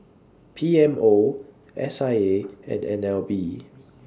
P M O S I A and N L B